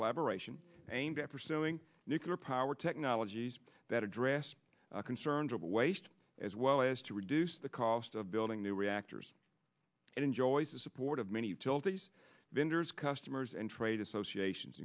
collaboration aimed at pursuing nuclear powered technologies that address concerned about waste as well as to reduce the cost of building new reactors and enjoys the support of many filter these vendors customers and trade associations